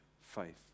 faith